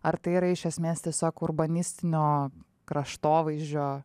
ar tai yra iš esmės tiesiog urbanistinio kraštovaizdžio